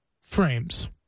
frames